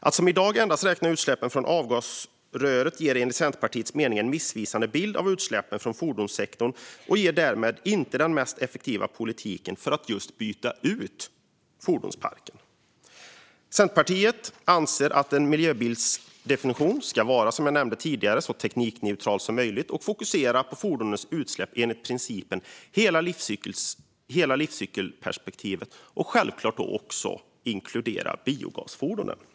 Att som i dag endast räkna utsläppen från avgasröret ger enligt Centerpartiets mening en missvisande bild av utsläppen från fordonssektorn och ger därmed inte den mest effektiva politiken för att byta ut fordonsparken. Centerpartiet anser, som jag nämnde tidigare, att en miljöbilsdefinition ska vara så teknikneutral som möjligt, fokusera på fordonets utsläpp enligt principen om hela livscykelperspektivet och självklart också inkludera biogasfordon. Fru talman!